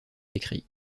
écrit